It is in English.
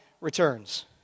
returns